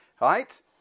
right